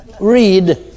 Read